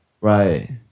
right